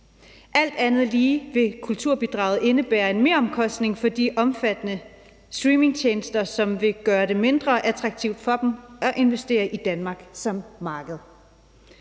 Alt andet lige vil kulturbidraget indebære en meromkostning for de omfattende streamingtjenester, som vil gøre det mindre attraktivt for dem at investere i Danmark som marked.